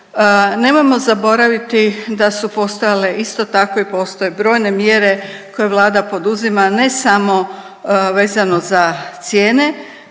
Nemojmo zaboraviti da su postojale isto tako i postoje brojne mjere koje Vlada poduzima, ne samo vezano za cijene